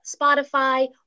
Spotify